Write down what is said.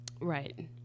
Right